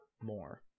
more